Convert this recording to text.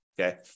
okay